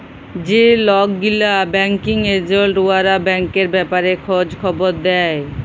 যে লক গিলা ব্যাংকিং এজেল্ট উয়ারা ব্যাংকের ব্যাপারে খঁজ খবর দেই